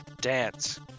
Dance